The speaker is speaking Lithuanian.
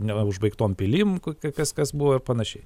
neva užbaigtom pilim kai kas kas buvo ir panašiai